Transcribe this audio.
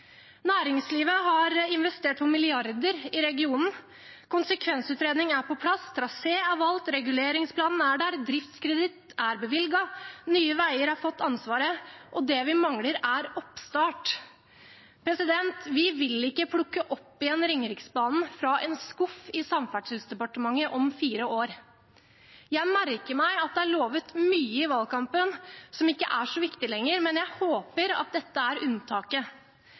Næringslivet har investert for milliarder i regionen, konsekvensutredning er på plass, trasé er valgt, reguleringsplanen er der, driftskreditt er bevilget, og Nye Veier har fått ansvaret. Det vi mangler, er oppstart. Vi vil ikke plukke opp igjen Ringeriksbanen fra en skuff i Samferdselsdepartementet om fire år. Jeg merker meg at det er lovet mye i valgkampen som ikke er så viktig lenger, men jeg håper at dette er unntaket.